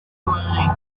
money